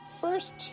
first